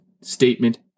statement